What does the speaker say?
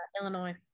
Illinois